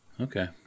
Okay